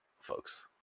folks